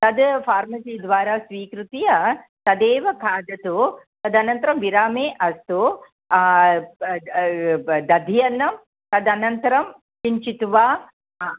तद् फ़ार्मसि द्वारा स्वीकृत्य तदेव खादतु तदनन्तरं विरामे अस्तु द दध्यन्नं तदनन्तरं किञ्चित् वा हा